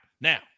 Now